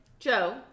Joe